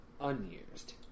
unused